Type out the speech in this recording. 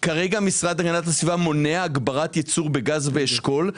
כרגע המשרד להגנת הסביבה מונע הגברת ייצור בגז באשכול,